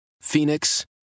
Phoenix